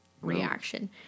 reaction